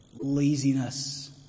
laziness